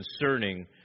concerning